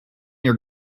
your